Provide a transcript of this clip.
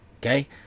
Okay